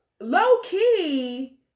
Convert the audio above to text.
low-key